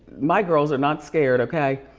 my girls are not scared okay.